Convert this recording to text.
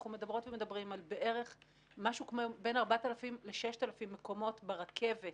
אנחנו מדברות ומדברים על בין 4,000-6,000 מקומות ברכבת